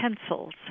pencils